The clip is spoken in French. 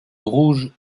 rouge